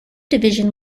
division